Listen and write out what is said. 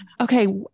Okay